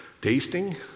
tasting